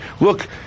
look